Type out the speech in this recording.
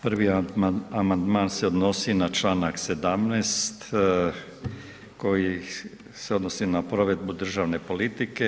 Prvi amandman se odnosi na članak 17. koji se odnosi na provedbu državne politike.